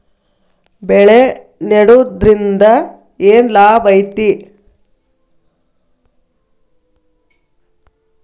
ಬೆಳೆ ನೆಡುದ್ರಿಂದ ಏನ್ ಲಾಭ ಐತಿ?